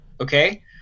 okay